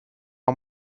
are